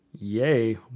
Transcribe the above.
Yay